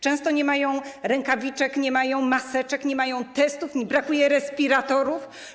Często nie mają rękawiczek, nie mają maseczek, nie mają testów, brakuje im respiratorów.